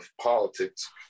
politics